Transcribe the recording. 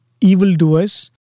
evildoers